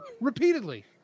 repeatedly